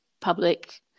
public